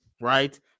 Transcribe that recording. right